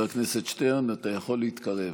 חבר הכנסת שטרן, אתה יכול להתקרב.